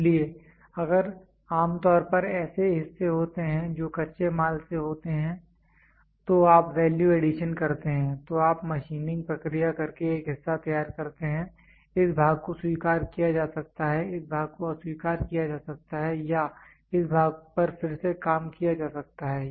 इसलिए अगर आम तौर पर ऐसे हिस्से होते हैं जो कच्चे माल से होते हैं तो आप वैल्यू एडिशन करते हैं तो आप मशीनिंग प्रक्रिया करके एक हिस्सा तैयार करते हैं इस भाग को स्वीकार किया जा सकता है इस भाग को अस्वीकार किया जा सकता है या इस भाग पर फिर से काम किया जा सकता है